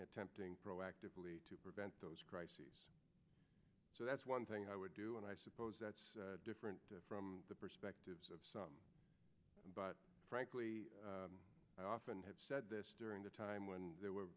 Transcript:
attempting proactively to prevent those crises so that's one thing i would do and i suppose that's different from the perspective of some but frankly i often have said this during the time when there were